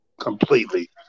Completely